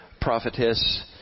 prophetess